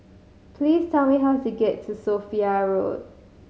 please tell me how to get to Sophia Road